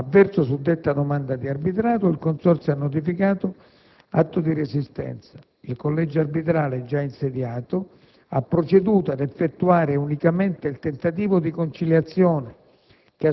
Avverso suddetta domanda di arbitrato il Consorzio ha notificato atto di resistenza. Il collegio arbitrale, già insediato, ha proceduto ad effettuare unicamente il tentativo di conciliazione,